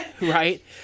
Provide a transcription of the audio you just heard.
right